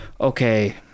okay